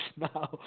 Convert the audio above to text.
now